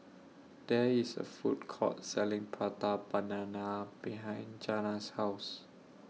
There IS A Food Court Selling Prata Banana behind Jana's House